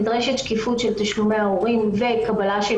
נדרשת שקיפות של תשלומי ההורים וקבלה של